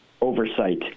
oversight